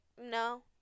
no